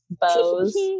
bows